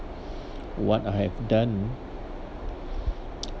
what I've done